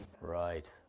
Right